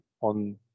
on